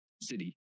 city